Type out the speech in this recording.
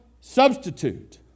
substitute